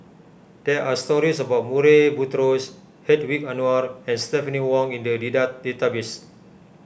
there are stories about Murray Buttrose Hedwig Anuar and Stephanie Wong in the data database